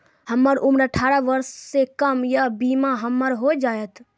हमर उम्र अठारह वर्ष से कम या बीमा हमर हो जायत?